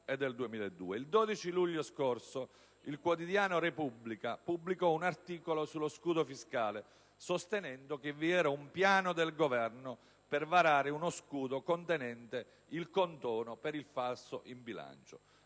Il 12 luglio scorso, il quotidiano «la Repubblica» pubblicò un articolo sullo scudo fiscale, sostenendo che vi era un piano del Governo per varare uno scudo contenente il condono per il falso in bilancio.